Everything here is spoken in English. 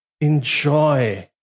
enjoy